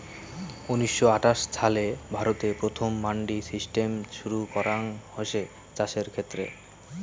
উনিশশো আটাশ ছালে ভারতে প্রথম মান্ডি সিস্টেম শুরু করাঙ হসে চাষের ক্ষেত্রে